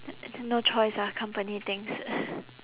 no choice ah company things